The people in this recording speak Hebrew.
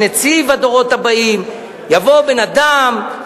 את הבנייה הבדואית אולי קל להרוס,